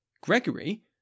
Gregory